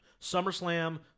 SummerSlam